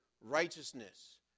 righteousness